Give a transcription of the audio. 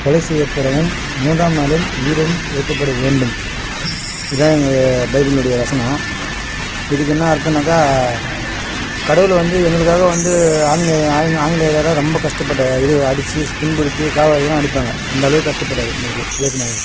கொலை செய்யப்படவும் மூன்றாம் நாளில் உயிருடன் எழுப்பப்பட வேண்டும் இதுதான் எங்கள் பைபிளினுடைய வசனம் இதுக்கு என்ன அர்த்தோனாக்கா கடவுள் வந்து எங்களுக்காக வந்து ஆங்கிலே ஆங் ஆங்கிலேயரோடு ரொம்ப கஷ்டப்பட்டு இது அடிச்சு ஸ் துன்புறுத்தி அந்தளவுக்கு கஷ்டப்பட்டார் நம்மளுக்கு இயேசுநாதர்